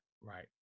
Right